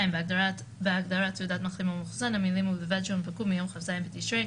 2. בהגדרת תעודת מחלים או מחוסן ובלבד שהונפקו ביום כ"ז בתשרי,